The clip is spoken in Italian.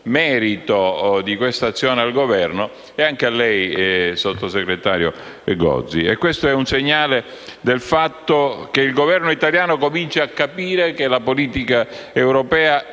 merito al Governo e anche al sottosegretario Gozi. Questo è un segnale del fatto che il Governo italiano comincia a capire che la politica europea